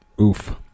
oof